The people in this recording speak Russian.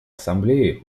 ассамблеи